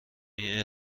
این